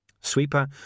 Sweeper